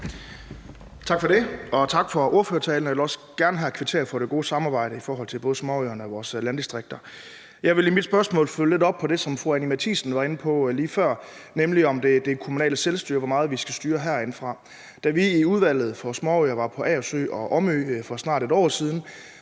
Tak for det. Og tak for ordførertalen. Jeg vil også gerne her kvittere for det gode samarbejde om både småøerne og vores landdistrikter. Jeg vil i mit spørgsmål følge lidt op på det, som fru Anni Matthiesen var inde på lige før, nemlig det kommunale selvstyre, og hvor meget vi skal styre herindefra. Da vi i Udvalget for Småøer var på Agersø og Omø for snart et år siden,